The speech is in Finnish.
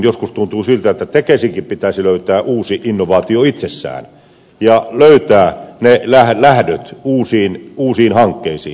joskus tuntuu siltä että tekesinkin pitäisi löytää uusi innovaatio itsessään ja löytää ne lähdöt uusiin hankkeisiin